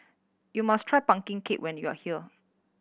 you must try pumpkin cake when you are here